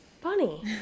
funny